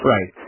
Right